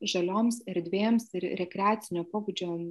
žalioms erdvėms ir rekreacinio pobūdžio